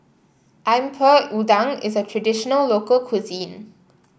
udang is a traditional local cuisine